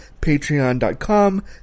patreon.com